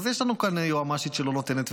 אז יש לנו כאן יועמ"שית שלא נותנת,